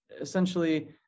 essentially